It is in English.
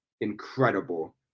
incredible